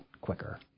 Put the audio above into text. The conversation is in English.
quicker